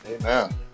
Amen